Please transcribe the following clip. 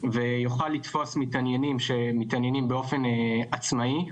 ויוכל לתפוס מתעניינים שמתעניינים באופן עצמאי,